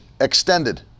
extended